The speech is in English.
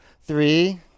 Three